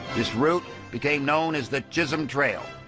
this route became known as the chisholm trail.